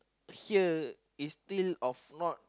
here is still of not